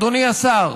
אדוני השר,